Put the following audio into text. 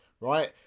right